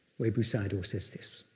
webu sayadaw says this,